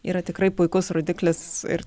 yra tikrai puikus rodiklis ir